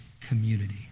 community